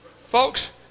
Folks